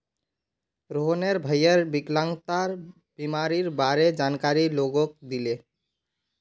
रोहनेर भईर विकलांगता बीमारीर बारे जानकारी लोगक दीले